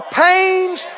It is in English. pains